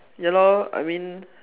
ya lor I mean